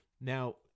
Now